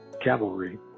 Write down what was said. Cavalry